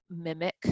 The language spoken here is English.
mimic